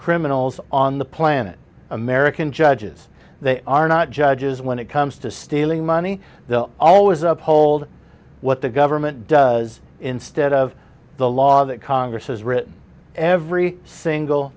criminals on the planet american judges they are not judges when it comes to stealing money always uphold what the government does instead of the law that congress has written every single